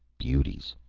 beauties.